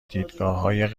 دیدگاههای